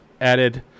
added